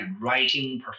writing